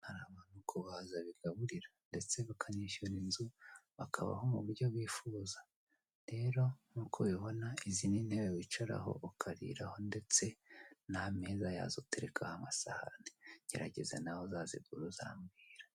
Hari abantu kubaza bigaburira ndetse bikanishyurira inzu bakabaho mu buryo bifuza rero nkuko ubibona izi ni intebe wicaraho ukariraho ndetse n'ameza yaho uterekaho amasahani geregeza nawe uzazigure uzambwira.